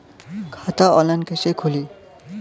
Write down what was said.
खाता ऑनलाइन कइसे खुली?